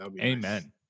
Amen